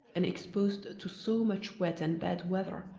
and exposed to so much wet and bad weather,